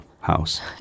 house